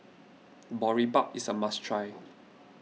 Boribap is a must try